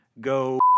go